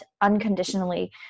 unconditionally